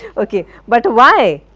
ok but why?